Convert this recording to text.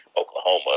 Oklahoma